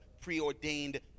preordained